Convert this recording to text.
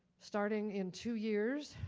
starting in two years,